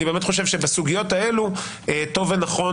אני באמת חושב שבסוגיות האלה טוב ונכון